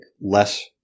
less